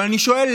אבל אני שואל,